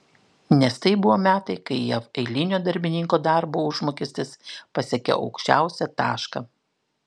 nes tai buvo metai kai jav eilinio darbininko darbo užmokestis pasiekė aukščiausią tašką